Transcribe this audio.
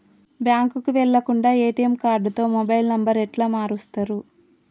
బ్యాంకుకి వెళ్లకుండా ఎ.టి.ఎమ్ కార్డుతో మొబైల్ నంబర్ ఎట్ల మారుస్తరు?